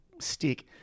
stick